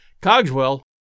Cogswell